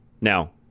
Now